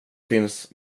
finns